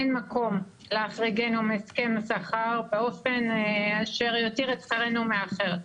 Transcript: אין מקום להחריגנו מהסכם שכר באופן אשר יותיר את שכרנו מאחור.